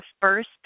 first